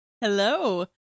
Hello